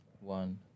one